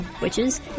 witches